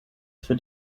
für